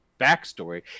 backstory